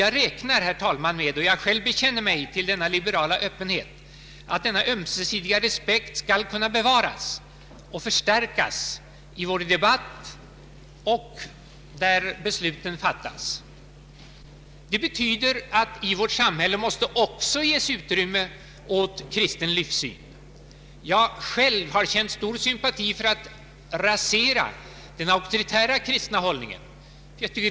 Jag räknar, herr talman, med — jag bekänner mig själv till denna liberala öppenhet — att denna ömsesidiga respekt skall kunna bevaras och förstärkas i vår debatt och där besluten fattas. Det betyder att i vårt samhälle också måste ges utrymme åt kristen livssyn. Jag själv har känt stor sympati för att rasera den auktoritära kristna hållningen.